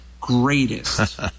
greatest